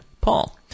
Paul